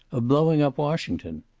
of blowing up washington.